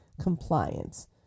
compliance